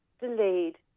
delayed